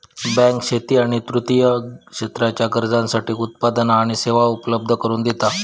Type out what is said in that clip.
bank शेती आणि तृतीय क्षेत्राच्या गरजांसाठी उत्पादना आणि सेवा उपलब्ध करून दिता